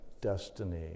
destiny